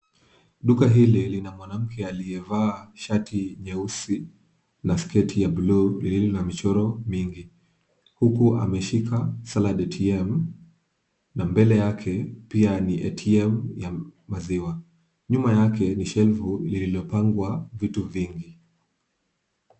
Duka hili lina mwanamke aliyevaa shati nyeusi na sketi ya buluu lililo na michoro mingi, huku ameshika salad ATM , na mbele yake pia ni ATM ya maziwa. Nyuma yake ni shelf lililopangwa vitu vingi. .